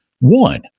One